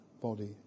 body